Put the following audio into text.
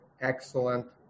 excellent